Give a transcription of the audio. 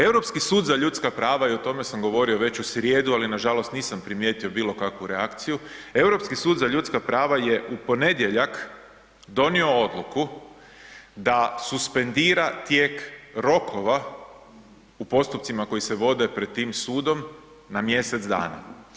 Europski sud za ljudska prava i o tome sam govorio već u srijedu, ali nažalost nisam primijetio bilo kakvu reakciju, Europski sud za ljudska prava je u ponedjeljak donio odluku da suspendira tijek rokova u postupcima koji se vode pred tim sudom na mjesec dana.